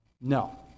No